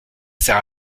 sert